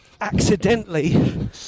accidentally